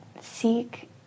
seek